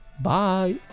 Bye